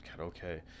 okay